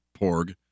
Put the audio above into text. porg